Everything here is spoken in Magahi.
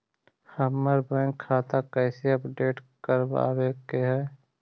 हमर बैंक खाता कैसे अपडेट करबाबे के है?